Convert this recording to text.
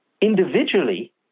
individually